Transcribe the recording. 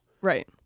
Right